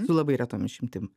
su labai retom išimtim